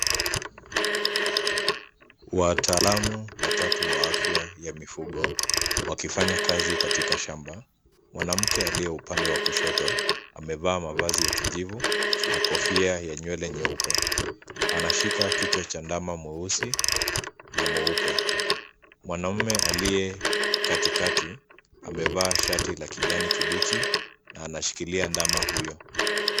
Wataalamu watatu wa afya ya mifugo, wakifanya kazi katika shamba. Mwanamke aliye upande wa kushoto amevaa mavazi ya kijivu na kofia ya nywele nyeupe, anashika kichwa cha ndama mweusi na mweupe. Mwanaume aliye katikati amevaa shati la kijani kibichi na anashikilia ndama huyo.